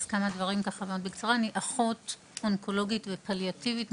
אני אחות אונקולוגית ופליאטיבית,